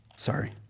Sorry